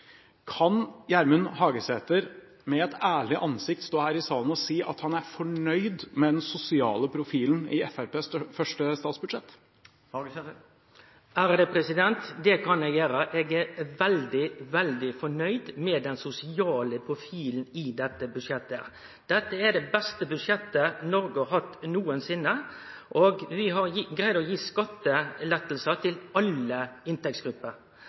Kan Gjermund Hagesæter med et ærlig ansikt stå her i salen og si at han er fornøyd med den sosiale profilen i Fremskrittspartiets første statsbudsjett? Det kan eg gjere. Eg er veldig, veldig fornøgd med den sosiale profilen i dette budsjettet. Dette er det beste budsjettet Noreg har hatt nokon gong. Vi har greidd å gi skattelettar til alle inntektsgrupper.